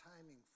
timing